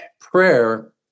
prayer